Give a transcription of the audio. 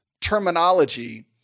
terminology